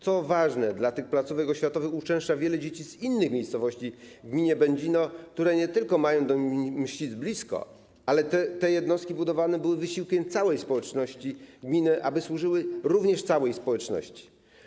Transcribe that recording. Co ważne, do tych placówek oświatowych uczęszcza wiele dzieci z innych miejscowości w gminie Będzino, które mają do Mścic blisko, ale też te jednostki budowane były wysiłkiem całej społeczności gminy, aby służyły tej społeczności.